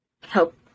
help